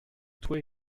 toit